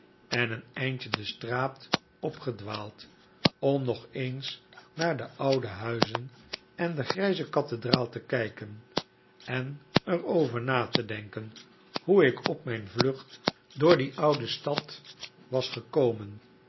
en een eindje de straat op gedwaald om nog eens naar de oude huizen en de grijze kathedraal te kijken en er over na te denken hoe ik op mijn ylucht door die oude stad was gekomen